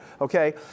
Okay